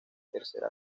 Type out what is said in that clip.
tercera